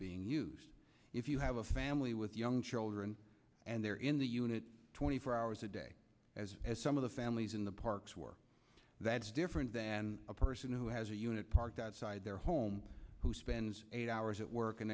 being used if you have a family with young children and they're in the unit twenty four hours a day as some of the families in the parks work that's different than a person who has a unit parked outside their home who spends eight hours at work and